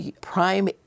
prime